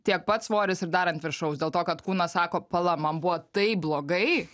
tiek pat svoris ir dar ant viršaus dėl to kad kūnas sako pala man buvo taip blogai